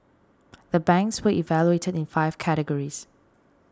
the banks were evaluated in five categories